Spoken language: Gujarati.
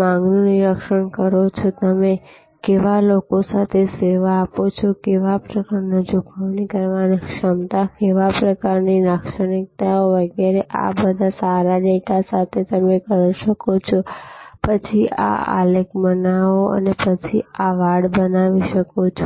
માંગનું નિરીક્ષણ કરો છો તમે કેવા લોકો સાથે સેવા આપો છો કેવા પ્રકારની ચૂકવણી કરવાની ક્ષમતા કેવા પ્રકારની લાક્ષણિકતાઓ વગેરે આ બધા સારા ડેટા સાથે તમે કરી શકો છો પછી આ આલેખ બનાવો અને પછી તમે આ વાડ બનાવી શકો છો